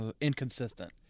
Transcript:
inconsistent